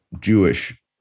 Jewish